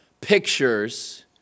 pictures